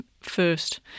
first